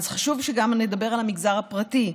חשוב שאדבר גם על המגזר הפרטי,